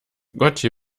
gotje